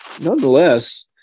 Nonetheless